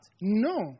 No